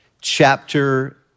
chapter